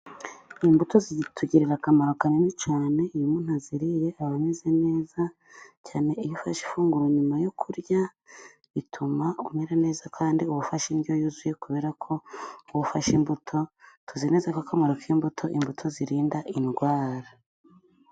Imbuto zitugirira akamaro kanini cyane, iyo umuntu aziriye aba ame neza, cyane iyo ufashe ifunguro nyuma yo kurya rituma umera neza, kandi ufashe indyo yuzuye kubera ko ufashe imbuto. Tuzi neza ko akamaro k'imbuto, imbuto zirinda indwara.